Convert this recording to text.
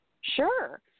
Sure